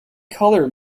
colour